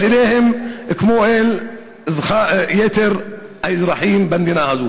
אליהם כמו אל יתר האזרחים במדינה הזאת.